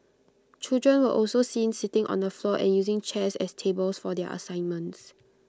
children were also seen sitting on the floor and using chairs as tables for their assignments